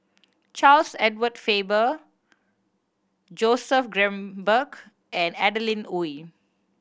Charles Edward Faber Joseph Grimberg and Adeline Ooi